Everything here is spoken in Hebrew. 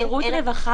שירות רווחה,